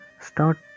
start